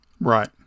Right